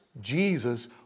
Jesus